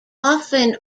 often